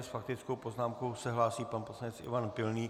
S faktickou poznámkou se hlásí pan poslanec Ivan Pilný.